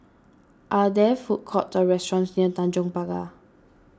are there food courts or restaurants near Tanjong Pagar